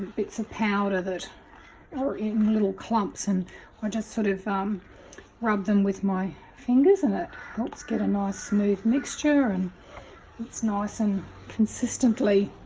it's a powder that or in little clumps and i just sort of rub them with my fingers and it helps get a nice smooth mixture and it's nice and consistently